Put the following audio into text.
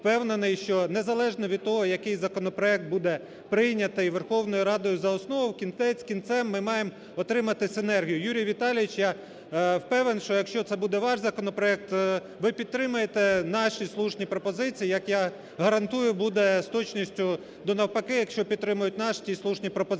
що незалежно від того, який законопроект буде прийнятий Верховною Радою за основу, кінець-кінцем ми маємо отримати синергію. Юрій Віталійович, я впевнений, що якщо це буде ваш законопроект, ви підтримаєте наші слушні пропозиції, як, я гарантую, буде з точністю до навпаки, якщо підтримають наш, ті слушні пропозиції,